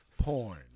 porn